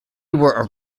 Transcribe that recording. were